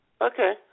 Okay